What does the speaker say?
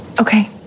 Okay